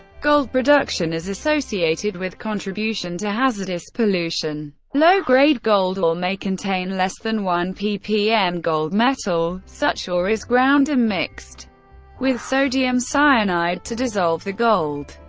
gold production is associated with contribution to hazardous pollution. low-grade gold ore may contain less than one ppm gold metal such ore is ground and mixed with sodium cyanide to dissolve the gold.